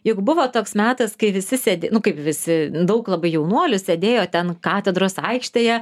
juk buvo toks metas kai visi sėdi kaip visi daug labai jaunuolių sėdėjo ten katedros aikštėje